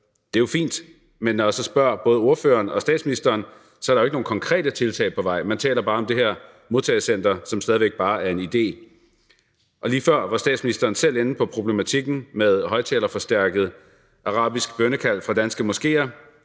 Det er jo fint. Men når jeg så spørger både ordføreren og statsministeren om det, er der jo ikke nogen konkrete tiltag på vej. Man taler bare om det her modtagecenter, som stadig væk bare er en idé. Lige før var statsministeren selv inde på problematikken omkring højtalerforstærkede arabiske bønnekald fra danske moskéer,